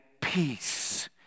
peace